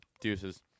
deuces